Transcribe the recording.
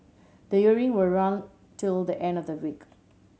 the will run till the end of the week